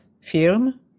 film